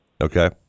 okay